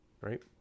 right